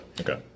Okay